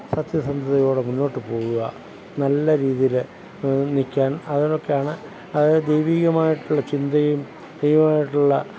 സത്യസന്ധതയോടെ മുന്നോട്ടു പോകുക നല്ല രീതിയിൽ നിൽക്കാന് അങ്ങനെയൊക്കെയാണ് അതായത് ദൈവീകമായിട്ടുള്ള ചിന്തയും ദൈവമായിട്ടുള്ള